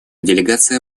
делегация